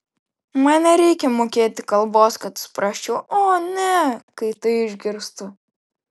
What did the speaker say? man nereikia mokėti kalbos kad suprasčiau o ne kai tai išgirstu